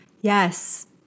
Yes